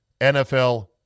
NFL